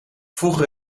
vroeger